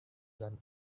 than